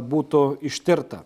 būtų ištirta